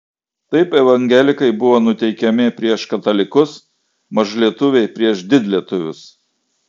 taip evangelikai buvo nuteikiami prieš katalikus mažlietuviai prieš didlietuvius